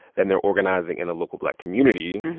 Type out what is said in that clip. then they're organizing in a local black community.